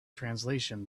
translation